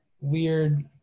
weird